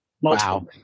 wow